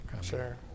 Sure